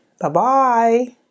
Bye-bye